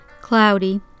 cloudy